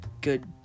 good